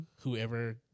whoever